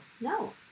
No